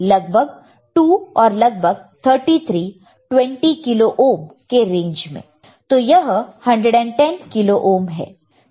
लगभग 2 और लगभग 33 20 किलो ओहम के रेंज में तो यह 110 किलो ओहम हैं